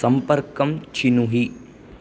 सम्पर्कं चिनुहि